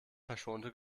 verschonte